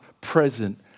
present